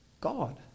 God